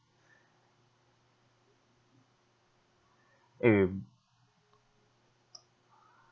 aim